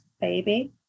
baby